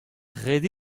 ret